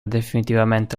definitivamente